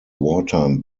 wartime